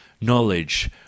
Knowledge